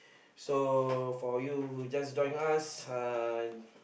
so for you who just join us uh